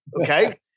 okay